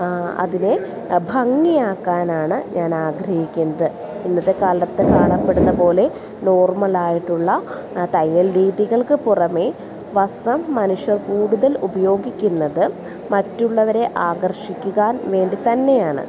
അതിനെ ഭംഗിയാക്കാനാണ് ഞാൻ ആഗ്രഹിക്കുന്നത് ഇന്നത്തെ കാലത്ത് കാണപ്പെടുന്ന പോലെ നോർമലായിട്ടുള്ള തയ്യൽ രീതികൾക്ക് പുറമേ വസ്ത്രം മനുഷ്യർ കൂടുതൽ ഉപയോഗിക്കുന്നത് മറ്റുള്ളവരെ ആകർഷിക്കുവാൻ വേണ്ടി തന്നെയാണ്